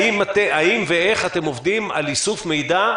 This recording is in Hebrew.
האם ואיך אתם עובדים על איסוף מידע,